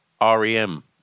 REM